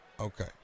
Okay